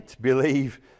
believe